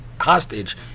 hostage